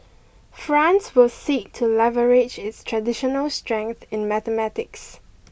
France will seek to leverage its traditional strength in mathematics